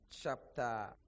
chapter